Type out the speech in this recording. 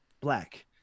black